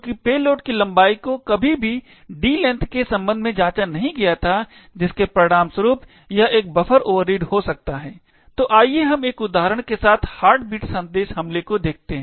चूंकि पेलोड की लंबाई को कभी भी d length के संबंध में जांचा नहीं गया था जिसके परिणामस्वरूप यह एक बफर ओवररीड हो सकता है तो आइए हम एक उदाहरण के साथ हार्टबीट हमले को देखें